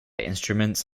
instruments